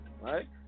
right